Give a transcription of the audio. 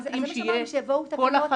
אמרתי שיובאו תקנות